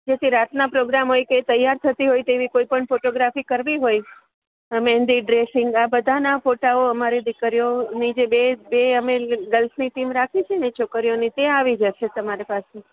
જેથી રાતના પોગ્રામ હોય કે તૈયાર થતી હોય તેવી કોઈપણ ફોટોગ્રાફી કરવી હોય આ મેંદી ડ્રેસિંગ આ બધાના ફોટાઓ અમારી દીકરીઓની જે બે બે અમે ગર્લ્સની ટીમ રાખી છેને છોકરીઓની તે આવી જશે તમારી પાસે